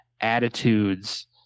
attitudes